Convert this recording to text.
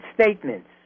statements